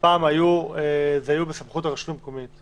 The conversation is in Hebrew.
פעם היו בסמכות הרשות המקומית?